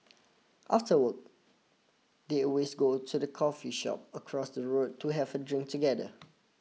after work they always go to the coffee shop across the road to have a drink together